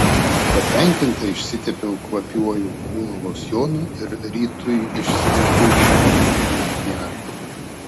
patenkinta išsitepiau kvapiuoju kūno losjonu ir rytui išsirinkau minimalistinį makiažą